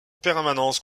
permanence